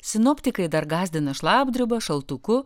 sinoptikai dar gąsdina šlapdriba šaltuku